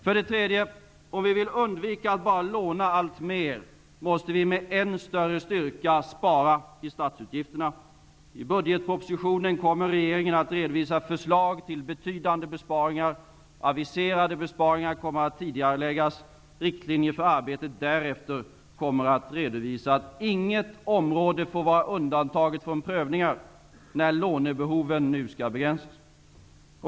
För det tredje: Om vi vill undvika att låna alltmer måste vi med än större styrka spara i statsutgifterna. I budgetpropositionen kommer regeringen att redovisa förslag till betydande besparingar, aviserade besparingar kommer att tidigareläggas. Riktlinjer för arbetet därefter kommer att redovisas. Inget område får vara undantaget från prövningar när lånebehoven nu skall begränsas.